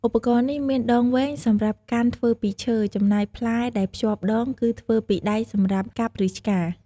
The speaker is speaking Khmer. ឧបករណ៍នេះមានដងវែងសម្រាប់កាន់ធ្វើពីឈើ ចំណែកផ្លែដែលភ្ជាប់ដងគឺធ្វើពីដែកសម្រាប់កាប់ឬឆ្ការ។